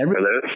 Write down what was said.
Hello